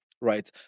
Right